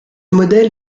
modèle